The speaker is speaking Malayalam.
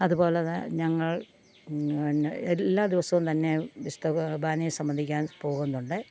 അതുപോലെ ത ഞങ്ങൾ എല്ലാ ദിവസവും തന്നെ വിശുദ്ധ കുർബ്ബാനയെ സംബന്ധിക്കാൻ പോകുന്നുണ്ട്